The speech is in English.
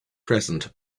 present